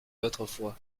autrefois